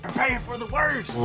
for the worst!